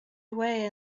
away